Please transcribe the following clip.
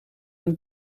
een